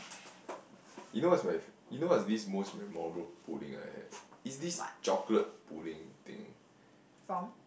what from